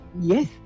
yes